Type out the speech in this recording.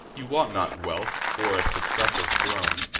you want not wealth, or a successive throne,